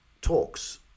talks